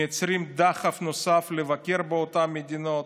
מייצרות דחף נוסף לבקר באותן מדינות.